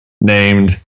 named